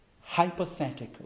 hypothetical